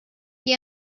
qui